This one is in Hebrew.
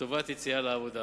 לטובת יציאה לעבודה.